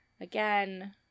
again